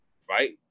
fight